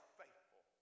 faithful